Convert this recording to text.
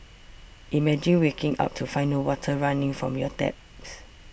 imagine waking up to find no water running from your taps